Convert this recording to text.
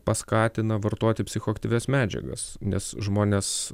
paskatina vartoti psichoaktyvias medžiagas nes žmones